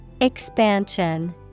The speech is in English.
Expansion